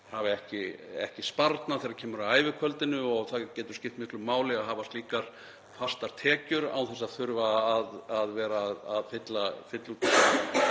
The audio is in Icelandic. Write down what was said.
eiga ekki sparnað þegar kemur að ævikvöldinu. Það getur skipt miklu máli að hafa slíkar fastar tekjur án þess að þurfa að vera að fylla